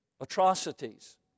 atrocities